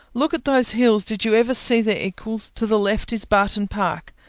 look at those hills! did you ever see their equals? to the left is barton park,